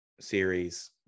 series